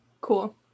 Cool